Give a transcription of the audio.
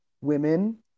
women